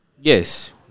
Yes